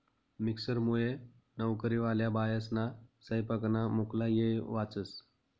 मिक्सरमुये नवकरीवाल्या बायास्ना सैपाकना मुक्ला येय वाचस